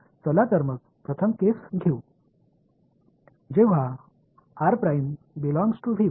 चला तर मग प्रथम केस येथे घेऊ जेव्हा